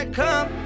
come